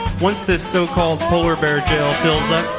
once these so-called polar bear jail fills up,